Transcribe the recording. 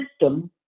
system